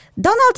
Donald